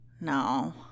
No